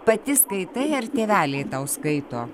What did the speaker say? pati skaitai ar tėveliai tau skaito